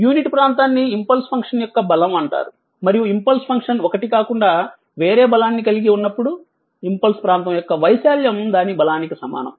unit ప్రాంతాన్ని impulse function యొక్క బలం అంటారు మరియు ఇంపల్స్ ఫంక్షన్ ఒకటి కాకుండా వేరే బలాన్ని కలిగి ఉన్నప్పుడు ఇంపల్స్ ప్రాంతం యొక్క వైశాల్యం దాని బలానికి సమానం